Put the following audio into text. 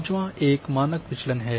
पांचवां एक मानक विचलन है